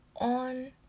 on